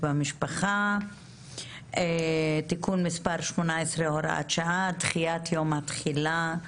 במשפחה (תיקון מס' 18-הוראת שעה) (דחיית יום התחילה).